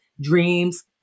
dreams